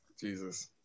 Jesus